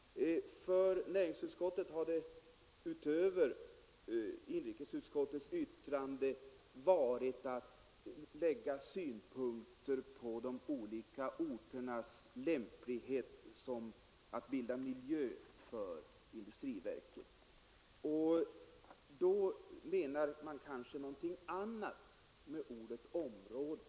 För näringsutskottet har det utöver inrikesutskottets yttrande gällt att lägga synpunkter på de olika orternas lämplighet att bilda miljö för industriverket, och då menar man kanske någonting annat med ordet område.